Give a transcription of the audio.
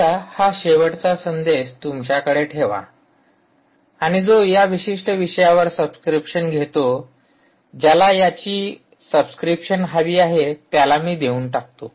कृपया हा शेवटचा संदेश तुमच्याकडे ठेवा आणि जो या विशिष्ट विषयावर सबस्क्रिप्शन घेतो ज्याला याची सबस्क्रिप्शन हवी आहे त्याला मी देऊन टाकतो